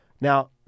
Now